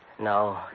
No